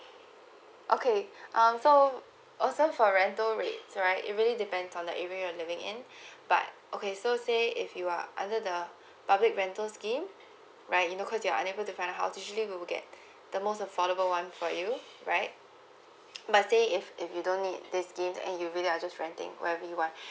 okay um so also for rental rates right it really depends on the area living in but okay so say if you are under the public rental scheme right you know cause you're unable to find a house usually you will get the most affordable one for you right but say if if you don't need this scheme and you really are just renting where ever you want